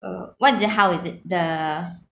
uh what is it how is it the